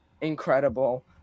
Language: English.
Incredible